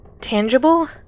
tangible